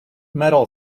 metal